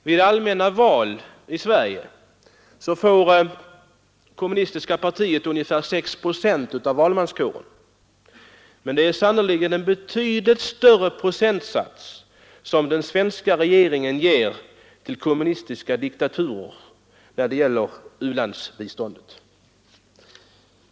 Vid allmänna val i Sverige får kommunistiska partiet ungefär sex procent av valmanskårens röster, men av u-landsbiståndet ger den svenska regeringen sannerligen en betydligt större procent till kommunistiska diktaturer.